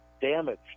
damaged